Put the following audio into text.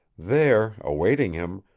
there, awaiting him,